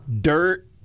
dirt